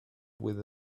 with